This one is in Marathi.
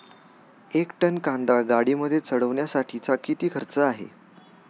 एक टन कांदा गाडीमध्ये चढवण्यासाठीचा किती खर्च आहे?